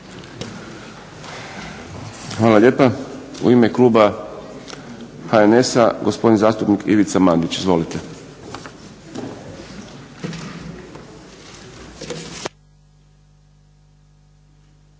Hvala lijepa. U ime kluba HDZ-a gospodin zastupnik Ivan Šuker. Izvolite.